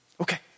Okay